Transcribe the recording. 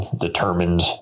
determined